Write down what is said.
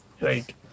Right